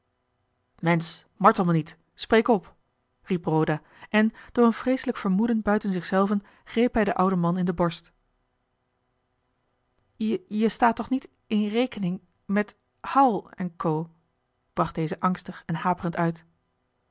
mensch martel me niet spreek op riep roda en door een vreeselijk vermoeden buiten zich zelven greep hij den ouden man in de borst je staat toch niet in rekening met howell en co bracht deze angstig en haperend uit